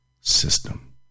system